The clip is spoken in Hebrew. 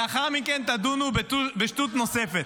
לאחר מכן תדונו בשטות נוספת.